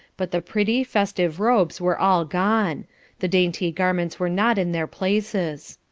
but the pretty, festive robes were all gone the dainty garments were not in their places.